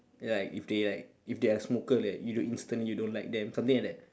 like if they like if they are a smoker like you don't instantly you don't like them something like that